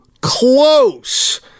close